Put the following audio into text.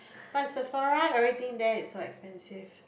but Sephora everything there is so expensive